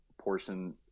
portion